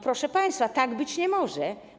Proszę państwa, tak być nie może.